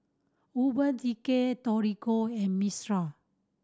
Urban Decay Torigo and Mistral